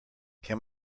can